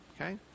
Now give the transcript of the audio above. Okay